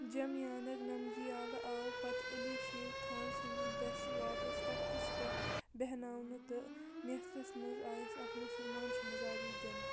جمیانک نمگیالہٕ آو پتہٕ علی شیخ خان سٕنٛدِ دسہِ واپس تختس پٮ۪ٹھ بیٚہناونہٕ تہٕ نیتھرس منٛز آیس اکھ مُسلمان شہزادی دِنہٕ